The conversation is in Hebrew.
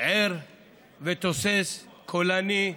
ער ותוסס, קולני,